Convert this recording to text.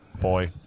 boy